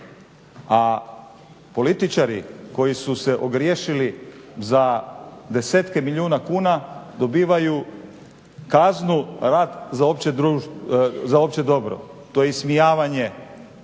A političari koji su se ogriješili za desetke milijuna kuna dobivaju kaznu rad za opće dobro. To je ismijavanje